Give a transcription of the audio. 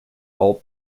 all